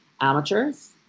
amateurs